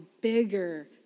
bigger